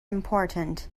important